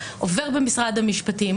עובר במשרד המשפטים,